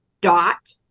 dot